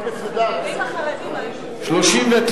שלמה מולה לסעיף 1 לא נתקבלה.